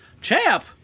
Champ